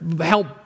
help